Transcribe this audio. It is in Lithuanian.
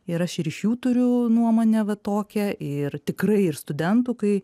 ir aš ir iš jų turiu nuomonę va tokią ir tikrai ir studentų kai